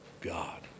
God